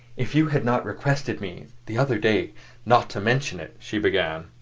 if you had not requested me the other day not to mention it, she began,